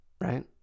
right